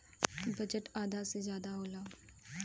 budget आधा से जादा होला